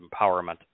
empowerment